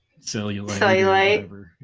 cellulite